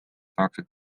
saaksid